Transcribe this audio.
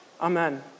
Amen